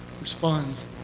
responds